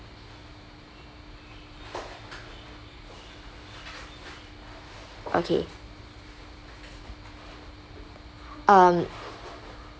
okay um